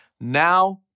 now